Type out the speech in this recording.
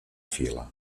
fila